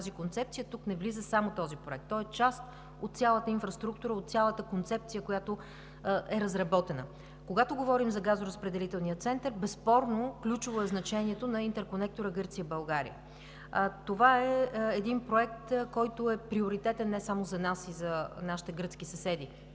не влиза само този проект, той е част от цялата инфраструктура, от цялата концепция, която е разработена. Когато говорим за газоразпределителния център, безспорно ключово е значението на интерконектора „Гърция – България“. Това е проект, който е приоритетен не само за нас и за нашите гръцки съседи,